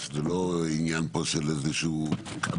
משום שזה לא עניין פה של איזה שהוא קבלן.